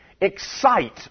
excite